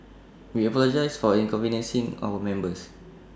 we apologise for inconveniencing our members